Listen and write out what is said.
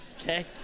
okay